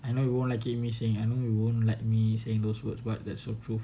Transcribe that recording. I know you wouldn't like me saying those words but that's the truth